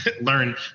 learn